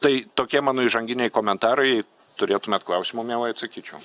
tai tokie mano įžanginiai komentarai turėtumėt klausimų mielai atsakyčiau